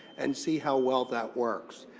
and see how well that works.